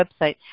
website